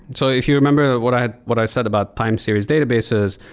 and so if you remember what i what i said about time series databases,